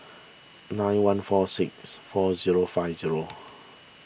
nine one four six four zero five zero